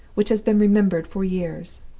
which has been remembered for years.